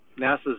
NASA's